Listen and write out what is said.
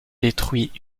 détruit